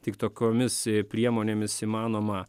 tik tokiomis priemonėmis įmanoma